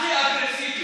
הכי אגרסיבי.